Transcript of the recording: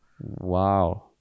Wow